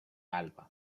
alba